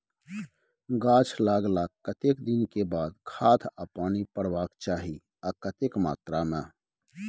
गाछ लागलाक कतेक दिन के बाद खाद आ पानी परबाक चाही आ कतेक मात्रा मे?